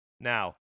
Now